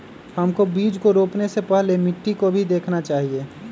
हमको बीज को रोपने से पहले मिट्टी को भी देखना चाहिए?